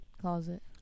closet